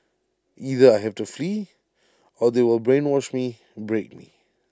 either I have to flee or they will brainwash me break me